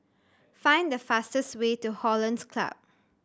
find the fastest way to Hollandse Club